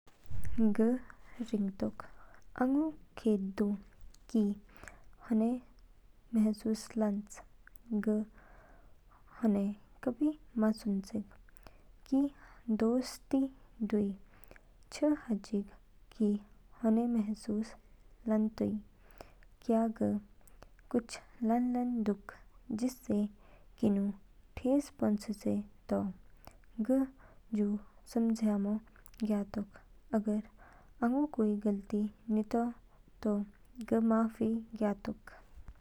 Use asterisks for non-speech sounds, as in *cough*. ग रिंगतोक आगु खेद दू कि होने महसूस लान्च। ग होने कभी मा सुचेग किनू दोस्तीइस दू। छ हाचिग कि होने महसूस लानतोइ? *noise* क्या ग कुछ लानलान दूक जिससे किनू ठेस पहचेचे तो? ग जू समझयाम ज्ञयातो अगर आंगू कोई गलती नितो तो ग माफी ज्ञयातोक।